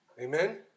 Amen